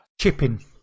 chipping